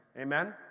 Amen